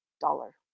dollar